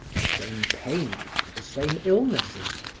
the same pains and the same illnesses,